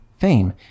fame